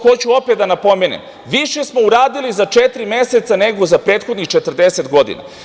Hoću opet da napomenem, više smo uradili za četiri meseca nego za prethodnih 40 godina.